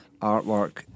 artwork